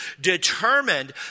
determined